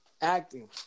acting